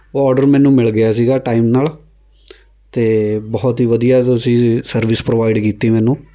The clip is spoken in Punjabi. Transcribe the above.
ਉਹ ਔਡਰ ਮੈਨੂੰ ਮਿਲ ਗਿਆ ਸੀਗਾ ਟਾਈਮ ਨਾਲ ਅਤੇ ਬਹੁਤ ਹੀ ਵਧੀਆ ਤੁਸੀਂ ਸਰਵਿਸ ਪ੍ਰੋਵਾਈਡ ਕੀਤੀ ਮੈਨੂੰ